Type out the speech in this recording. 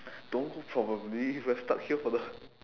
don't probably we're stuck here for the